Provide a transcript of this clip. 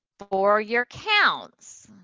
for your counts,